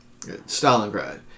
Stalingrad